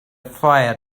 fire